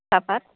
চাহপাত